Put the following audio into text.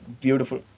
beautiful